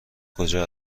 کجا